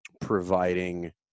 providing